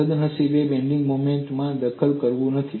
સદનસીબે તે બેન્ડિંગમાં દખલ કરતું નથી